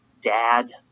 dad